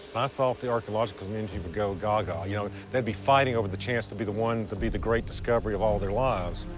thought thought the archaeological community would go gaga. you know, they'd be fighting over the chance to be the one to be the great discovery of all their lives.